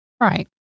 right